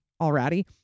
already